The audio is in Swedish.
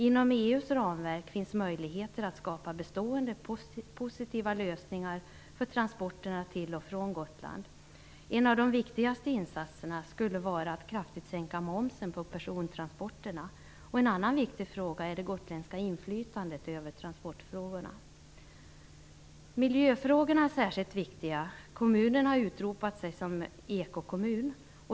Inom EU:s ramverk finns det möjligheter att skapa bestående positiva lösningar för transporterna till och från Gotland. En av de viktigaste insatserna skulle vara att man kraftigt sänker momsen på persontransporterna. En annan viktig fråga är det gotländska inflytandet över transportfrågorna. Miljöfrågorna är särskilt viktiga. Kommunen har utropat sig till ekokommun.